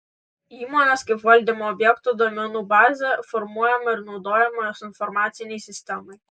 įmonės kaip valdymo objekto duomenų bazė formuojama ir naudojama jos informacinei sistemai